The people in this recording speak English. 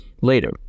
Later